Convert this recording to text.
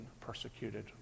persecuted